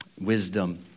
wisdom